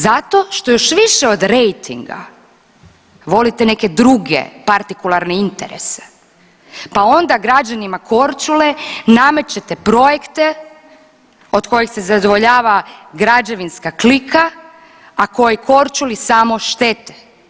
Zato što još više od rejtinga volite neke druge partikularne interese pa onda građanima Korčule namećete projekte od kojih se zadovoljava građevinska klika, a koji Korčuli samo štete.